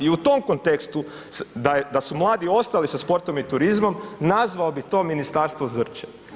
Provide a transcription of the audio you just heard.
I u tom kontekstu da su mladi ostali sa sportom i turizmom nazvao bi to ministarstvo Zrće.